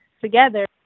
together